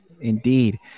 indeed